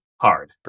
hard